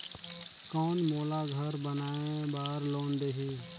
कौन मोला घर बनाय बार लोन देही?